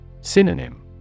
Synonym